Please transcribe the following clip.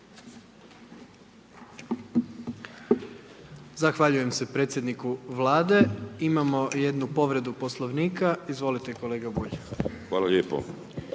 Zahvaljujem se predsjedniku Vlade. Imamo jednu povredu poslovnika, izvolite kolega Bulj. **Bulj,